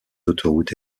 autoroutes